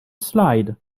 slide